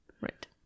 Right